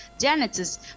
janitors